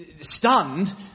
stunned